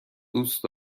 دوست